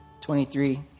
23